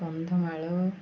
Kandhamal